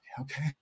okay